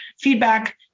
feedback